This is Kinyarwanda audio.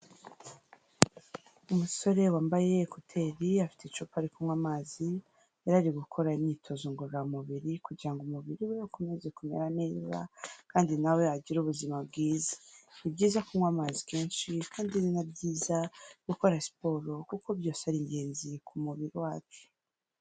Umusore wambaye ekuteri afite icupa ari kunywa amazi, yari ari gukora imyitozo ngororamubiri, kugira ngo umubiri we ukomeze kumera neza, kandi na we agire ubuzima bwiza. Ni byiza kunywa amazi kenshi kandi ni na byiza gukora siporo, kuko byose ari ingenzi ku mubiri wacu.